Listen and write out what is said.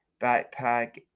backpack